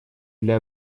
для